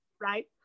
right